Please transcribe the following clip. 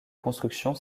construction